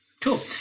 Cool